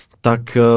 tak